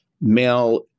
male